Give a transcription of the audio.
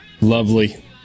lovely